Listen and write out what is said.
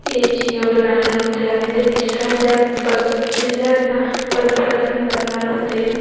easy निवडून आले होते आणि ते तिसऱ्यांदा पंत तिसऱ्यांदा पंतप्रधान बनणार होते